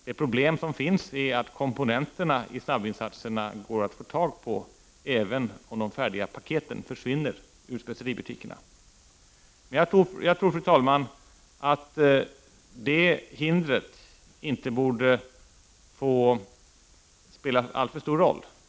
Det problem som finns är att de komponenter som ingår i snabbvinsatserna går att få tag på även om de färdiga paketen försvinner ur speceributikerna. Men, fru talman, det hindret borde inte få spela alltför stor roll.